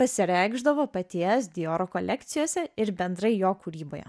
pasireikšdavo paties dioro kolekcijose ir bendrai jo kūryboje